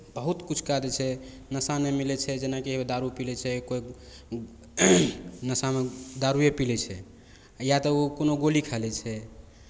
बहुत किछु कए दै छै नशा नहि मिलै छै जेनाकि अगर दारू पी लै छै कोइ नशामे दारूए पी लै छै या तऽ ओ कोनो गोली खा लै छै